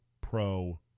Pro